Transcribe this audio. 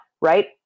Right